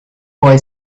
boy